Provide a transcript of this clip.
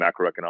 macroeconomics